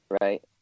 right